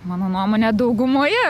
mano nuomone daugumoje